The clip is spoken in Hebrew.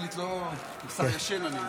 החליט לא, השר ישן, אני מבין.